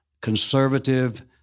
conservative